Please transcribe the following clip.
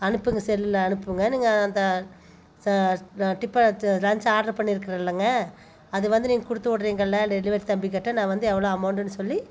அனுப்புங்கள் செல்லில் அனுப்புங்கள் நீங்கள் அந்த டிப் பார்த்து லன்ச் ஆட்ரு பண்ணியிருக்கேன் இல்லைங்க அது வந்து நீங்கள் கொடுத்து விட்றிங்கள டெலிவரி தம்பிக்கிட்டே நான் வந்து எவ்வளோ அமௌண்ட்டுன்னு சொல்லி